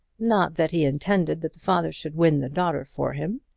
not that he intended that the father should win the daughter for him.